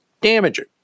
damaging